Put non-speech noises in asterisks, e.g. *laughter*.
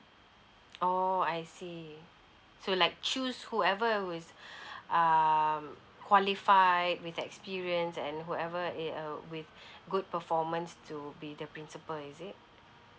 *noise* orh I see so like choose whoever who is *breath* um qualified with experience and whoever it uh with *breath* good performance to be the principal is it